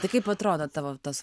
tai kaip atrodo tavo tas